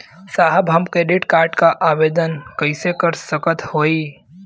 साहब हम credit card क आवेदन कइसे कर सकत हई?